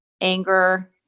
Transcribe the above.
anger